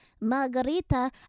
margarita